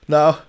Nou